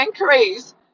increase